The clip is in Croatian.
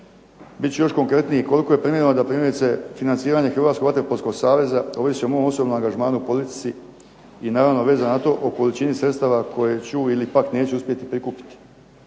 Bit ću još konkretniji, koliko je planirano da primjerice financiranje Hrvatskog vaterpolskog saveza ovisi o mom osobnom angažmanu u politici i naravno vezano na to o količini sredstava koje ću ili pak neću uspjeti prikupiti.